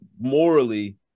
morally